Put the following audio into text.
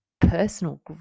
personal